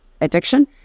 addiction